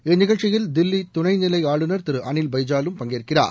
இந்நிகழ்ச்சியில் தில்லி துணைநிலை ஆளுநர் திரு அனில் பைஜாலும் பங்கேற்கிறார்